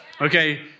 Okay